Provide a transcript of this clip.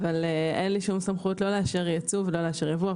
אין לי שום סמכות לא לאשר ייצוא ולא לאשר ייבוא,